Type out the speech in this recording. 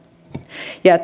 ja